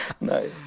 Nice